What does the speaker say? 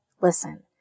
listen